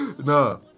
No